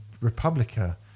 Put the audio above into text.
Republica